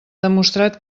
demostrat